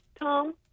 Tom